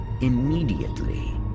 immediately